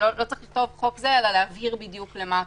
שלא צריך לכתוב "לפי הוראות חוק זה" אלא להבהיר בדיוק למה הכוונה.